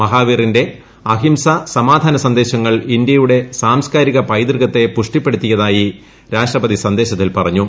മഹാർവീറിന്റെ അഹിംസ സമാധാന സന്ദേശങ്ങൾ ഇന്ത്യയുടെ സാംസ്കാരിക പൈതൃകത്തെ പുഷ്ട്ടിപ്പെടുത്തിയതായി രാഷ്ട്രപതി സന്ദേശത്തിൽ പറഞ്ഞു